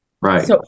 Right